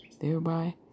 thereby